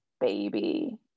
baby